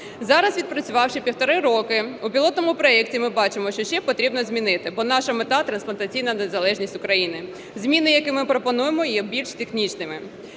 Зараз, відпрацювавши півтора року у пілотному проекті, ми бачимо, що ще потрібно змінити, бо наша мета – трансплантаційна незалежність України. Зміни, які ми пропонуємо, є більш технічними.